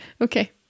okay